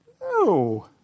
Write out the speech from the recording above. No